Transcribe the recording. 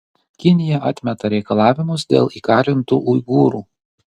kinija atmeta reikalavimus dėl įkalintų uigūrų